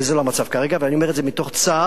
וזה לא המצב כרגע, ואני אומר את זה מתוך צער,